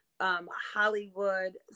Hollywood